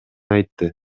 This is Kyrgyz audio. айтты